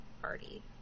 party